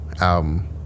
album